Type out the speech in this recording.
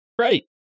Right